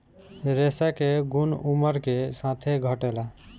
रेशा के गुन उमर के साथे घटेला